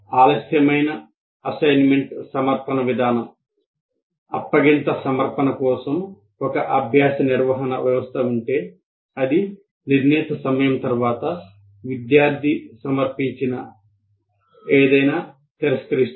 ఆలస్యమైన అసైన్మెంట్ సమర్పణ విధానం అప్పగింత సమర్పణ కోసం ఒక అభ్యాస నిర్వహణ వ్యవస్థ ఉంటే అది నిర్ణీత సమయం తర్వాత విద్యార్థి సమర్పించిన ఏదైనా తిరస్కరిస్తుంది